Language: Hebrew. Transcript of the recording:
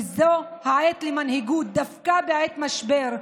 וזו העת למנהיגות, דווקא בעת משבר.